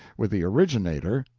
with the originator,